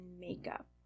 makeup